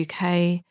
UK